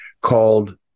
called